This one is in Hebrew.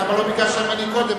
למה לא ביקשת ממני קודם?